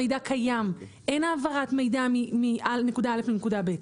המידע קיים, אין העברת מידע מנקודה א' לנקודה ב'.